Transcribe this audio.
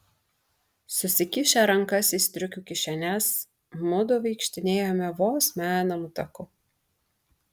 susikišę rankas į striukių kišenes mudu vaikštinėjome vos menamu taku